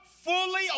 fully